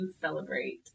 celebrate